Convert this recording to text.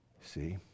See